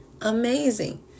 amazing